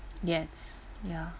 yes ya